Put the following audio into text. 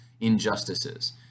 injustices